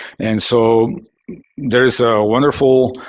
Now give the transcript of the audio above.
and so there's a wonderful